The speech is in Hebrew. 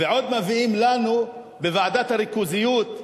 ועוד מביאים לנו בוועדת הריכוזיות,